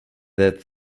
that